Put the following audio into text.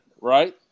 right